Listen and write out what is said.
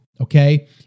okay